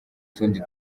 tundi